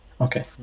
Okay